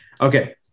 Okay